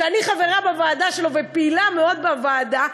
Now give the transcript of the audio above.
שאני חברה בוועדה שלו ופעילה מאוד בוועדה,